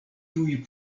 kiuj